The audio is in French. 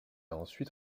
ensuite